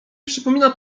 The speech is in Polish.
przypomina